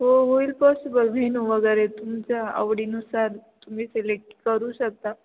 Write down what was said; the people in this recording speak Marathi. हो होईल पॉसिबल व्हेनू वगैरे तुमच्या आवडीनुसार तुम्ही सिलेक्ट करू शकता